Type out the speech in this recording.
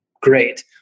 Great